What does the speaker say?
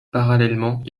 parallèlement